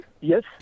yes